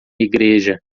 igreja